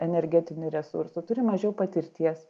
energetinių resursų turi mažiau patirties